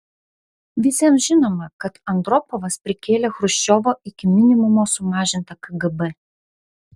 visiems žinoma kad andropovas prikėlė chruščiovo iki minimumo sumažintą kgb